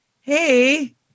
hey